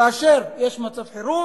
כאשר יש מצב חירום,